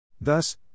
Thus